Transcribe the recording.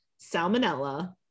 salmonella